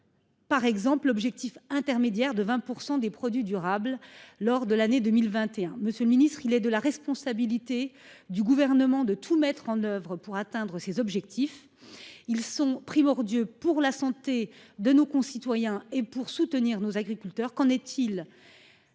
Par exemple l'objectif intermédiaire de 20% des produits durables lors de l'année 2021. Monsieur le ministre, il est de la responsabilité du gouvernement de tout mettre en oeuvre pour atteindre ces objectifs. Il sont primordiaux pour la santé de nos concitoyens et pour soutenir nos agriculteurs. Qu'en est-il.